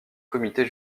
comité